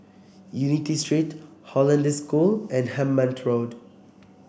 Unity Street Hollandse School and Hemmant Road